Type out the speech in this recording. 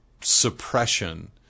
suppression